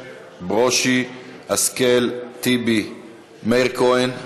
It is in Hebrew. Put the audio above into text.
ברושי, השכל, טיבי, מאיר כהן,